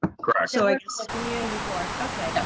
ah so like so community board. okay. and